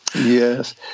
Yes